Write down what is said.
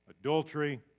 adultery